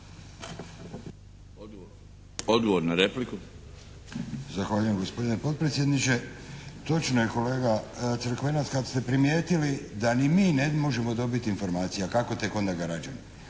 Antun (HNS)** Zahvaljujem gospodine potpredsjedniče. Točno je kolega Crkvenac, kad ste primijetili da ni mi ne možemo dobiti informacije, a kako tek onda građani.